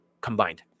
combined